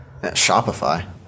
shopify